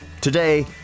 Today